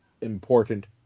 important